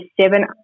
seven